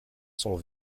sont